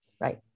right